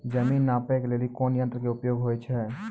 जमीन के नापै लेली कोन यंत्र के उपयोग होय छै?